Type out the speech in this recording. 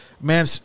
man